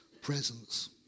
presence